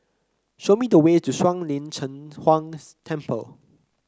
show me the way to Shuang Lin Cheng Huang Temple